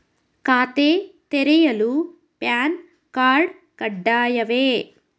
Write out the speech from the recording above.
ಖಾತೆ ತೆರೆಯಲು PAN card ಕಡ್ಡಾಯವೇ?